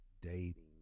dating